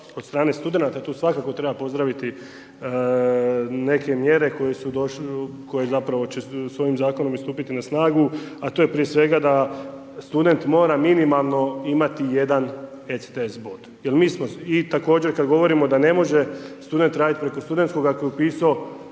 od stran studenata, tu svakako treba pozdraviti neke mjere koje zapravo će s ovim zakonom stupiti na snagu, a to je prije svega, da student mora minimalno imati 1 ECTS bod. Jer mi smo i također kada govorimo da ne može student raditi preko studentskoga, ako je upisao